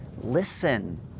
Listen